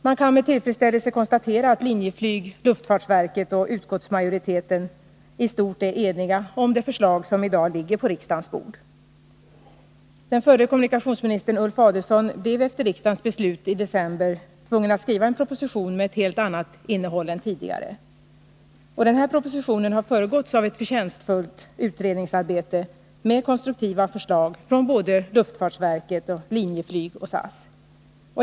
Man kan med tillfredsställelse konstatera att Linjeflyg, luftfartsverket och utskottsmajoriteten i stort är eniga om det förslag som i dag ligger på riksdagens bord. Den förre kommunikationsministern Ulf Adelsohn blev efter riksdagens beslut i december tvungen att skriva en proposition med helt annat innehåll än den tidigare. Denna proposition har föregåtts av ett förtjänstfullt utredningsarbete med konstruktiva förslag från såväl luftfartsverket och Linjeflyg som SAS.